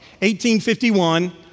1851